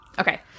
Okay